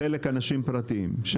חלק אנשים פרטיים.